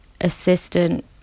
assistant